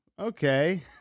okay